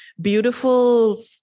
beautiful